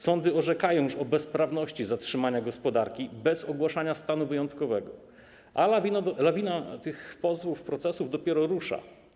Sądy orzekają już o bezprawności zatrzymania gospodarki bez ogłaszania stanu wyjątkowego, a lawina tych pozwów, procesów dopiero rusza.